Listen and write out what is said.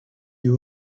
you